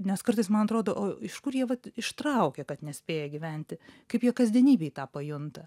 nes kartais man atrodo o iš kur jie vat ištraukia kad nespėja gyventi kaip jie kasdienybėj tą pajunta